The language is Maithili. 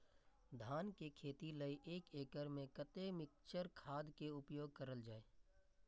धान के खेती लय एक एकड़ में कते मिक्चर खाद के उपयोग करल जाय?